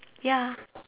ya